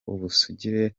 ubusugire